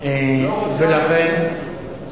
אבל לא משונה.